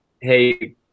Hey